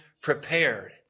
Prepared